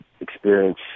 experience